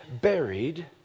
buried